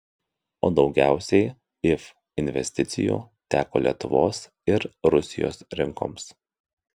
o daugiausiai if investicijų teko lietuvos ir rusijos rinkoms